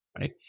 right